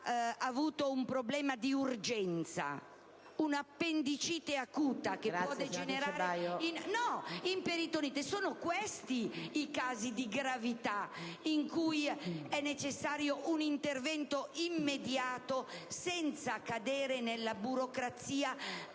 avuto un problema urgente, ad esempio un'appendicite acuta che può degenerare in peritonite. Sono questi i casi di gravità in cui è necessario un intervento immediato, senza cadere nella burocrazia